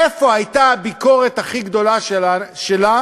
איפה הייתה הביקורת הכי גדולה שלה,